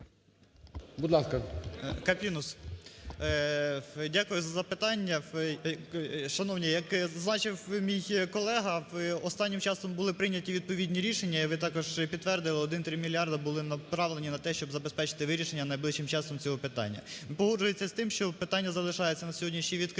Дякую за запитання. Шановні, як зазначив мій колега, останнім часом були прийняті відповідні рішення і ви також підтвердили, 1,3 мільярди були направлені на те, щоб забезпечити вирішення найближчим часом вирішення цього питання. Погоджуємося з тим, що питання залишається на сьогодні ще відкритим